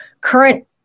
current